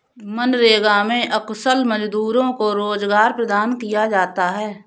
मनरेगा में अकुशल मजदूरों को रोजगार प्रदान किया जाता है